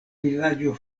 vilaĝo